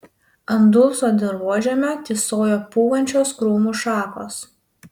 ant dulsvo dirvožemio tysojo pūvančios krūmų šakos